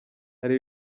hari